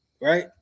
right